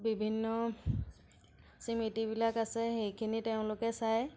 বিভিন্ন স্মৃতিবিলাক আছে সেইখিনি তেওঁলোকে চায়